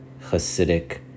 Hasidic